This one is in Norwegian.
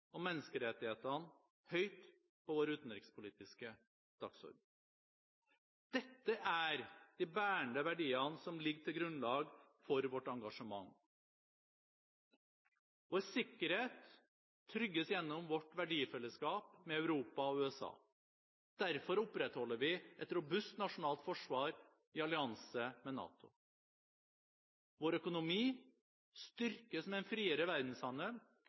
og menneskerettighetene høyt på vår utenrikspolitiske dagsorden. Dette er de bærende verdiene som ligger til grunn for vårt engasjement. Vår sikkerhet trygges gjennom vårt verdifellesskap med Europa og USA. Derfor opprettholder vi et robust nasjonalt forsvar i allianse med NATO. Vår økonomi styrkes med en friere verdenshandel.